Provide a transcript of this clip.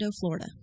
Florida